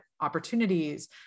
opportunities